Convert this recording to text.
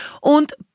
Und